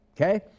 Okay